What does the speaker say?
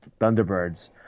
Thunderbirds